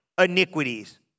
iniquities